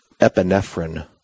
epinephrine